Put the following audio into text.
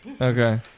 okay